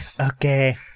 Okay